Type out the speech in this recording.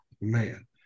man